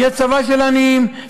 יהיה צבא של עניים,